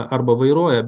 arba vairuoja